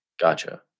Gotcha